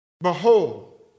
Behold